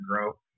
grow